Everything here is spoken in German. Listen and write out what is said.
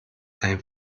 ein